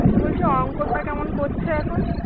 আচ্ছা বলছি অঙ্কটা কেমন করছে এখন